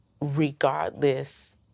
regardless